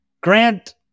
Grant